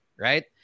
right